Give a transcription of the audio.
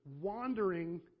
wandering